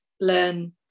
learn